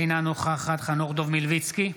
אינה נוכחת חנוך דב מלביצקי,